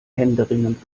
händeringend